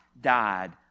died